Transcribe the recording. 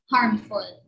Harmful